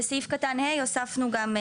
בסעיף קטן (ה) הוספנו גם: